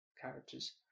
characters